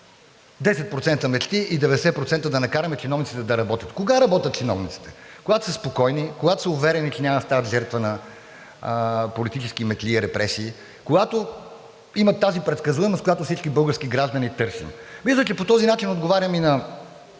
10% мечти, и 90% да накараме чиновниците да работят. Кога работят чиновниците? Когато са спокойни, когато са уверени, че няма да станат жертва на политически метли и репресии, когато имат тази предсказуемост, която всички български граждани търсим. Мисля, че по този начин отговарям и на